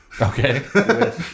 Okay